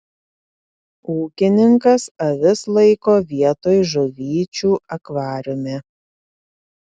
ūkininkas avis laiko vietoj žuvyčių akvariume